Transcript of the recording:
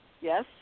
yes